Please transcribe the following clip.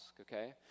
Okay